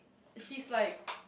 she's like